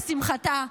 לשמחתה,